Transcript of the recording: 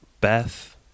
Beth